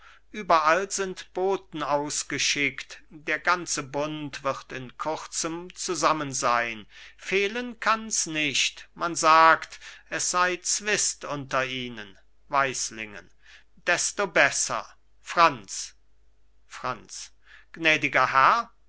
überall sind boten ausgeschickt der ganze bund wird in kurzem zusammen sein fehlen kann's nicht man sagt es sei zwist unter ihnen weislingen desto besser franz franz gnädiger herr